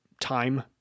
time